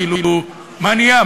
כאילו, מה נהיה?